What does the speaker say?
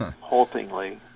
haltingly